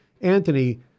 Anthony